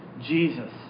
Jesus